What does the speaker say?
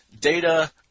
Data